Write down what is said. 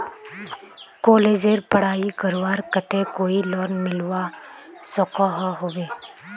कॉलेजेर पढ़ाई करवार केते कोई लोन मिलवा सकोहो होबे?